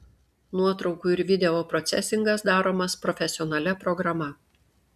nuotraukų ir video procesingas daromas profesionalia programa